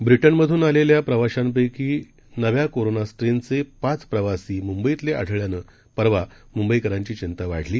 ब्रिटनमधून आलेल्या प्रवाशांपैकी नव्या कोरोना स्ट्रेनचे मुंबईतले पाच प्रवासी आढळल्यानं परवा मुंबईकरांची चिंता वाढली